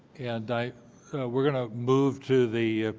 and we are going to move to the